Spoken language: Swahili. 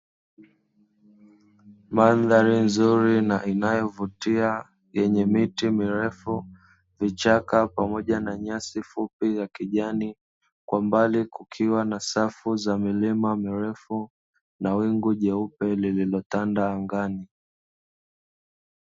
Mandhari nzuri na inayovutia yenye miti mirefu, vichaka pamoja na nyasi fupi za kijani, kwa mbali kukiwa na safu za milima mirefu, na wingu jeupe lililotanda angani.